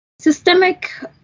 Systemic